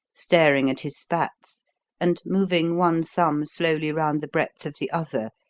staring at his spats and moving one thumb slowly round the breadth of the other,